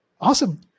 awesome